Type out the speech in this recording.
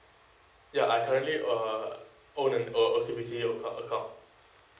ya I currently uh own an O_C_B_C account account